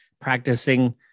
practicing